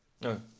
No